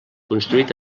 construït